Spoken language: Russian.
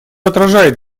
отражает